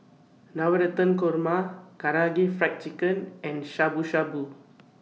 Navratan Korma Karaage Fried Chicken and Shabu Shabu